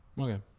Okay